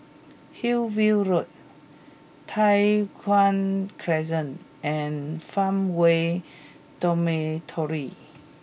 Hillview Road Tai Hwan Crescent and Farmway Dormitory